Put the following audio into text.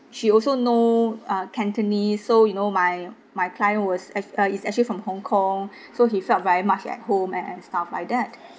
she also know uh cantonese so you know my my client was ac~ uh is actually from hong kong so he felt very much at home and and stuff like that